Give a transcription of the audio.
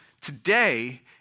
today